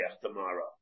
tomorrow